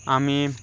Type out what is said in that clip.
आमी